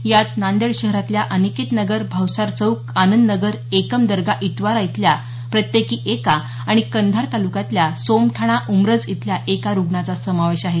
यात नांदेड शहरातल्या अनिकेतनगर भावसार चौक आनंदनगर एकम दर्गा इतवारा इथल्या प्रत्येकी एका आणि कंधार तालुक्यातल्या सोमठाणा उमरज इथल्या एका रुग्णाचा समावेश आहे